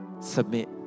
submit